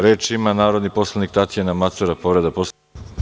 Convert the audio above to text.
Reč ima narodni poslanik Tatjana Macura, povreda Poslovnika.